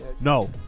No